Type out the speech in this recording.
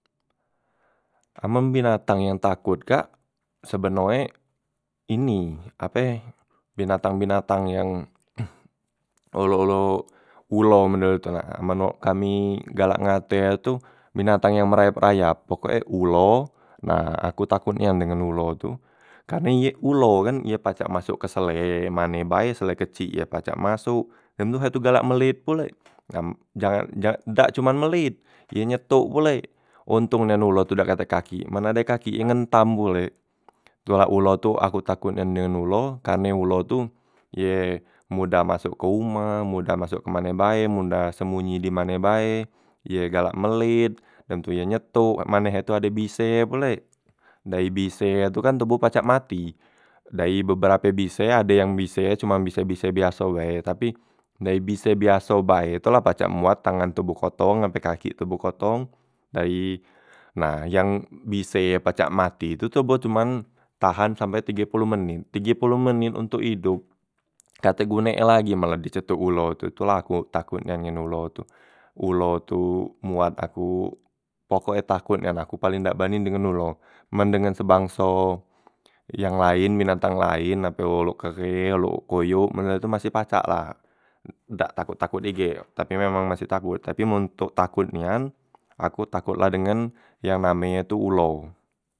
Amem binatang yang takot kak sebeno e ini ape binatang- binatang yang olo- olo ulo menorot tu na menorot kami galak ngate tu binatang yang galak merayap- rayap pokoke ulo, nah aku takot nian dengan ulo tu, karne ye ulo kan ye pacak masuk ke sele mane bae, sele kecik ye pacak masuk, dem tu he galak melet pulek, nam jangan ja dak cuman melet, ye nyetuk pulek, ontong nian ulo tu dak katek kaki men ade kaki ye ngentam pulek. Tu la ulo tu aku takot nian dengan ulo, karne ulo tu ye modah masok ke umah, modah masok kemane bae, modah sembunyi dimane bae, ye galak melet, dem tu ye nyetuk mak mane ye tu ade bise pulek, dari bise ye tu kan toboh pacak mati. Dayi beberape bise ade yang bise ye cuman bise- bise biaso bae, tapi dari bise biaso bae tu la pacak muat tangan toboh kotong nyampe kaki toboh kotong dayi. Nah yang bise ye pacak mati tu toboh cuman tahan sampe tige poloh menit, tige poloh menit ontok idop katek gune e lagi men la dicetuk ulo tu, tu la aku takot nian ngan ulo tu, ulo tu muat aku pokoke takot nian aku paling dak bani dengan ulo, men dengan sebangso yang laen binatang laen ape olok keghe olok koyok men itu masih pacak la dak takot- takot ige, tapi emang maseh takot, tapi men ntok takot nian aku takot la dengan yang namenye tu ulo.